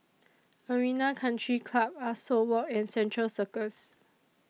Arena Country Club Ah Soo Walk and Central Circus